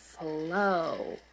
flow